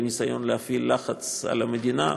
בניסיון להפעיל לחץ על המדינה,